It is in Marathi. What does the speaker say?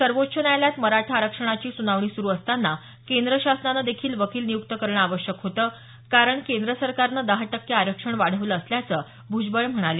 सर्वोच्च न्यायालयात मराठा आरक्षणाची सुनावणी सुरू असताना केंद्र शासनानं देखील वकील नियुक्त करणं आवश्यक होतं कारण केंद्र सरकारने दहा टक्के आरक्षण वाढवलं असल्याचं भ्जबळ म्हणाले